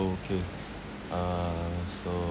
orh okay uh so~